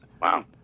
Wow